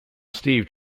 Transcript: steve